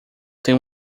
tem